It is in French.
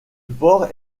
port